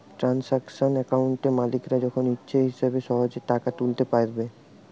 transaction অ্যাকাউন্টে মালিকরা যখন ইচ্ছে হবে সহেজে টাকা তুলতে পাইরবে